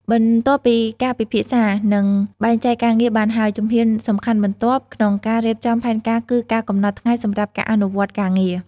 បន្ទាប់ពីការពិភាក្សា និងបែងចែកការងារបានហើយ ជំហានសំខាន់បន្ទាប់ក្នុងការរៀបចំផែនការគឺការកំណត់ថ្ងៃសម្រាប់ការអនុវត្តការងារ។